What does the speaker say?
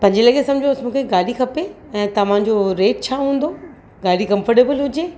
पंजे लॻे समुझोसि मूंखे गाॾी खपे ऐं तव्हांजो रेट छा हूंदो गाॾी कम्फर्टेबल हुजे